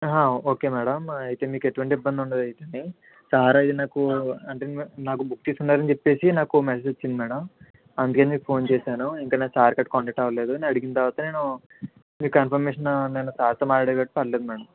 okay madam అయితే మీకు ఎటువంటి ఇబ్బంది ఉండదు అయితే సార్ అయితే నాకు అంటే నాకు బుక్ చేసుకున్నారు అని చెప్పేసి నాకు మెసేజ్ చేయండి మ్యాడం వచ్చింది అందుకనే నేను ఫోన్ చేశాను ఇంకా సార్ గట్రా కాంటాక్ట్ అవ్వలేదు నేను అడిగిన తర్వాత నేను మీకు కన్ఫర్మేషను నేను సార్తో మాట్లాడా కాబట్టి పర్లేదు మ్యాడం